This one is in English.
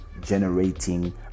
generating